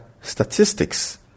statistics